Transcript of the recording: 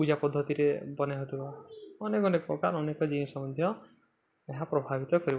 ପୂଜା ପଦ୍ଧତିରେ ବନାଇ ହେଇଥିବ ଅନେକ ଅନେକ ପ୍ରକାର ଅନେକ ଜିନିଷ ମଧ୍ୟ ଏହା ପ୍ରଭାବିତ କରିବା